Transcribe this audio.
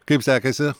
kaip sekasi